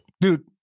Dude